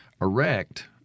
erect